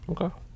Okay